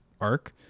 arc